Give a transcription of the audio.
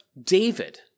David